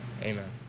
amen